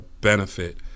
benefit